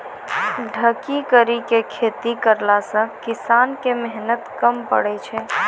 ढकी करी के खेती करला से किसान के मेहनत कम पड़ै छै